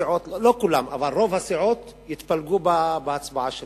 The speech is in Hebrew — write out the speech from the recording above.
רוב הסיעות יתפלגו בהצבעה שלהן,